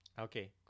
Okay